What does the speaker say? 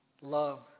love